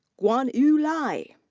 guanyu lai.